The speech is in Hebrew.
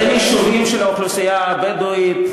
בהחלט, ואין יישובים של האוכלוסייה הבדואית?